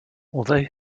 although